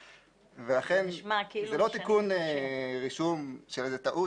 ואכן זה לא תיקון רישום של איזה טעות